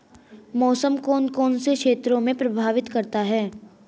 मौसम कौन कौन से क्षेत्रों को प्रभावित करता है?